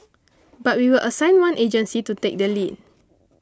but we will assign one agency to take the lead